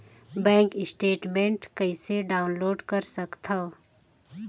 Bank statement कइसे download कर सकथव?